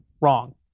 wrong